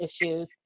issues